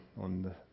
on